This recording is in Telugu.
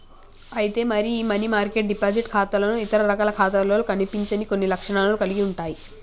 అయితే మరి ఈ మనీ మార్కెట్ డిపాజిట్ ఖాతాలు ఇతర రకాల ఖాతాలతో కనిపించని కొన్ని లక్షణాలను కలిగి ఉంటాయి